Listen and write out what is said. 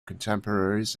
contemporaries